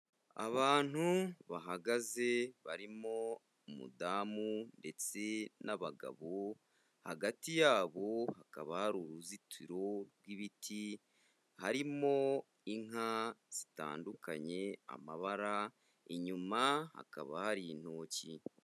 Abantu bahagaze barimo umudamu ndetse n'abagabo, hagati yabo hakaba hari uruzitiro rw'ibiti, harimo inka zitandukanye amabara, inyuma hakaba hari intoki.